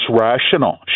rational